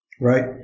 right